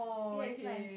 ya is nice